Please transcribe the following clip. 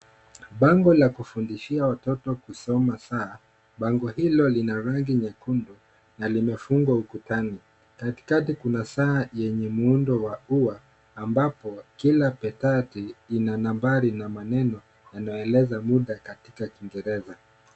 Bango la kufundishia watoto kusoma saa. Bango hilo lina rangi nyekundu na limefungwa ukutani. Katikati kuna saa yenye muundo wa ua ambapo kila petati ina nambari na maneno yanayoeleza muda katika Kiingereza.